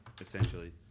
essentially